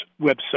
website